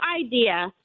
idea